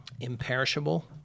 imperishable